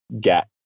get